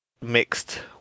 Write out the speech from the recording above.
mixed